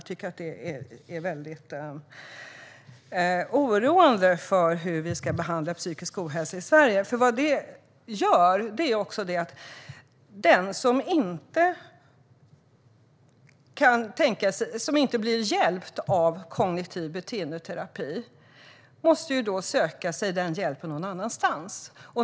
Jag tycker att det är väldigt oroande för behandlingen av psykisk ohälsa i Sverige. Den som inte blir hjälpt av kognitiv beteendeterapi måste söka sig den hjälpen någon annanstans.